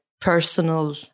personal